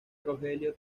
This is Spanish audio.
rogelio